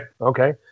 okay